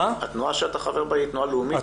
התנועה שאתה חבר בה היא תנועה לאומית וליברלית.